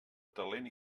talent